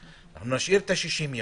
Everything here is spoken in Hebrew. נשאיר את ה-60 ימים,